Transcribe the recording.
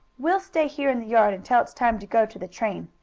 we'll stay here in the yard until it's time to go to the train.